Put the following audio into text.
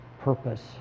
purpose